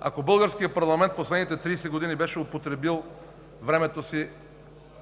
Ако българският парламент в последните 30 години беше употребил времето си